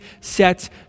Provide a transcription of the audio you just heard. sets